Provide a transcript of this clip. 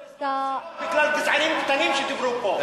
יש לה זמן פציעות, בגלל גזענים קטנים שדיברו פה.